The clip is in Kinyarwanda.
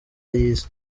y’isi